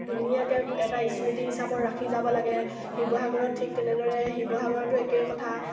ধুনীয়াকৈ এটা স্মৃতি হিচাপত ৰাখি যাব লাগে শিৱসাগৰত ঠিক তেনেদৰে শিৱসাগৰতো একেই কথা